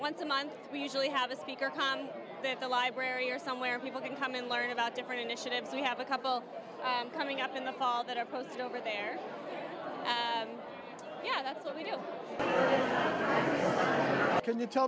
once a month we usually have a speaker com that the library or somewhere people can come and learn about different initiatives we have a couple coming up in the fall that are posted over there yeah that's what we do can you tell